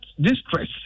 distress